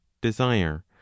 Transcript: desire